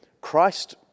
Christ